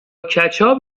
کچاپ